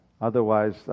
Otherwise